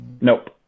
Nope